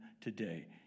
today